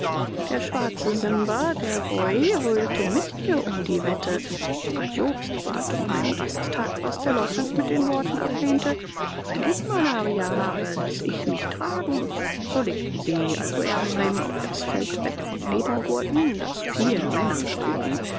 der schwarze simba der boy heulte mit ihr um die wette sogar jobst bat um einen rasttag was der leutnant mit den worten ablehnte wenn ich malaria habe lasse ich mich tragen sie legten also erbenheim auf das feldbett von ledergurten das vier männer trugen